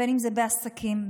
בין בעסקים,